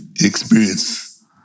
experience